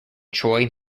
troy